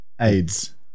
AIDS